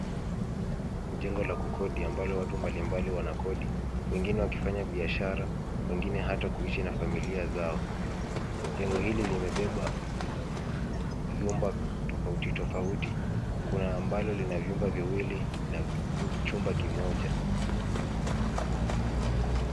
Jengo la kukodi ambalo watu mbalimbali wanakodi, wengine wakifanya biashara ,wengine hata kuishi na familia zao. Jengo hili limebeba vyumba tofauto tofauti. Kuna ambalo lina vyumba viliwi na chumba kimoja.